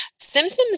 Symptoms